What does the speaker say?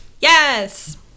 Yes